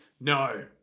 No